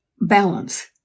balance